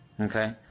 Okay